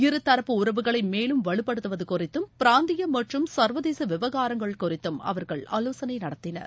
இருதரப்பு உறவுகளை மேலும் வலுப்படுத்துவது குறித்தும் பிராந்திய மற்றும் சர்வதேச விவகாரங்கள் குறித்தும் அவர்கள் ஆலோசனை நடத்தினர்